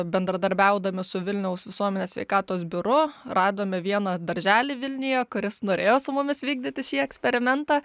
bendradarbiaudami su vilniaus visuomenės sveikatos biuru radome vieną darželį vilniuje kuris norėjo su mumis vykdyti šį eksperimentą